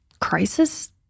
crisis